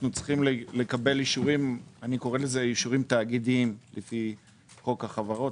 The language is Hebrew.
אנחנו צריכים לקבל אישורים תאגידיים לפי חוק החברות,